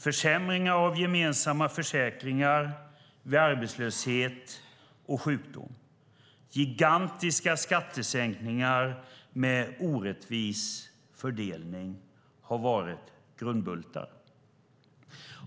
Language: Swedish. Försämringar av gemensamma försäkringar vid arbetslöshet och sjukdom och gigantiska skattesänkningar med orättvis fördelning har varit grundbultar.